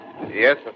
Yes